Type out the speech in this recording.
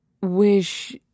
wish